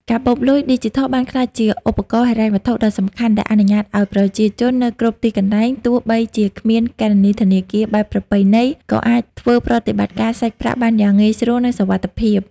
កាបូបលុយឌីជីថលបានក្លាយជាឧបករណ៍ហិរញ្ញវត្ថុដ៏សំខាន់ដែលអនុញ្ញាតឱ្យប្រជាជននៅគ្រប់ទីកន្លែង ទោះបីជាគ្មានគណនីធនាគារបែបប្រពៃណី ក៏អាចធ្វើប្រតិបត្តិការសាច់ប្រាក់បានយ៉ាងងាយស្រួល និងសុវត្ថិភាព។